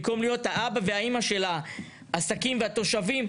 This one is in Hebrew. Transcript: במקום להיות האבא והאימא של העסקים והתושבים,